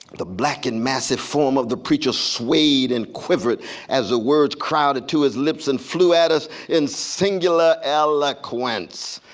the black and massive form of the preacher swayed and quivered as the ah words crowded to his lips and flew at us in singular eloquence.